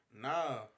Nah